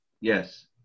Yes